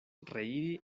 reiri